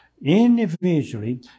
individually